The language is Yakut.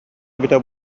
эбитэ